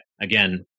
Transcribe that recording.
Again